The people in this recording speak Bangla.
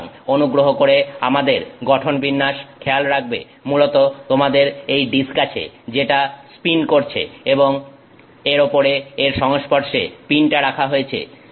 সুতরাং অনুগ্রহ করে আমাদের গঠন বিন্যাস খেয়াল রাখবে মূলত তোমাদের এই ডিস্ক আছে যেটা স্পিন করছে এবং এর ওপরে এর সংস্পর্শে পিনটা রাখা হয়েছে